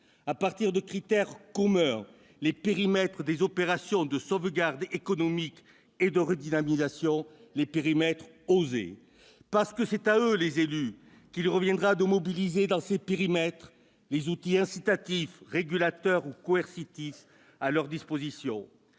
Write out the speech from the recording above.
à partir de critères communs, les périmètres des opérations de sauvegarde économique et de redynamisation, parce que c'est aux élus qu'il reviendra de mobiliser, dans ces périmètres, les outils incitatifs, régulateurs ou coercitifs à leur disposition.